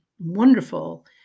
wonderful